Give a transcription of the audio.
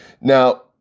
Now